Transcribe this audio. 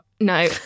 No